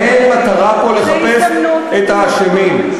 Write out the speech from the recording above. אין מטרה פה לחפש את האשמים.